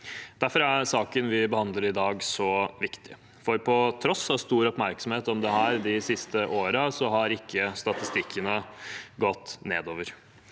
Derfor er saken vi behandler i dag, så viktig. På tross av stor oppmerksomhet om dette de siste årene har ikke tallene gått ned.